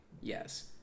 yes